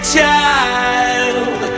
child